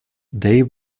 they